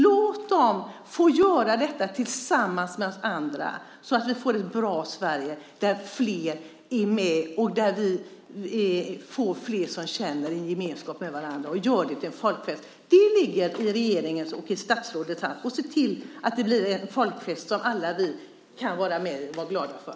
Låt dem få göra detta tillsammans med oss andra, så att vi får ett bra Sverige där flera är med och där flera känner en gemenskap med varandra och gör det till en folkfest. Det ligger i regeringens och i statsrådets hand att se till att det blir en folkfest som vi alla kan glädjas åt.